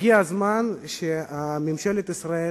הגיע הזמן שממשלת ישראל